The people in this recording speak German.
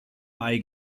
mai